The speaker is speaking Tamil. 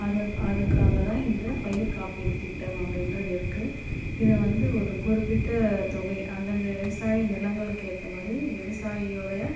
அது அதுக்காக தான் இந்த பயிர் காப்பீடு திட்டம் அப்படின்றது இருக்குது இதை வந்து ஒரு குறிப்பிட்ட தொகை அந்தந்த விவசாய நிலங்களுக்கு ஏற்ற மாதிரி விவசாயினுடைய